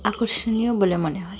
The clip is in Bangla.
আকর্ষণীয় বলে মনে হয়